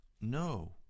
No